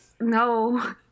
No